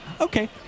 Okay